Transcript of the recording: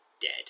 dead